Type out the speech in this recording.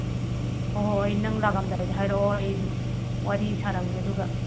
ꯍꯣ ꯍꯣ ꯑꯩ ꯅꯪꯂꯥꯛꯂꯝꯗꯥꯏꯗ ꯍꯥꯏꯔꯛꯑꯣ ꯑꯩ ꯑꯗꯨꯝ ꯋꯥꯔꯤ ꯁꯥꯔꯝꯒꯦ ꯑꯗꯨꯒ